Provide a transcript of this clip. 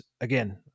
again